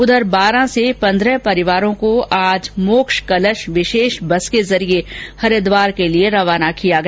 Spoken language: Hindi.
उधर बांरा से पन्द्रह परिवारों को आज मोक्ष कलश विशेष बस के जरिए हरिद्वार के लिए रवाना किया गया